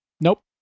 Nope